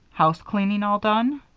housecleaning all done?